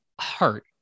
heart